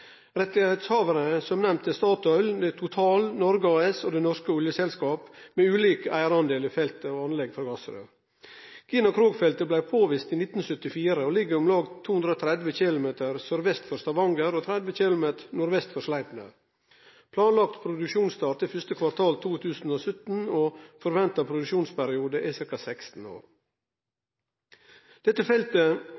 er som nemnt Statoil Petroleum AS, Total E&P Norge AS og Det norske oljeselskap ASA med ulik eigardel i feltet og anlegg for gassrøyr. Gina-Krog-feltet blei påvist i 1974 og ligg om lag 230 km sørvest for Stavanger og 30 km nordvest for Sleipner. Planlagd produksjonsstart er første kvartal 2017 og forventa produksjonsperiode er ca. 16